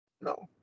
no